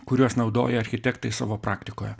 kuriuos naudoja architektai savo praktikoje